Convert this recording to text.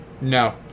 No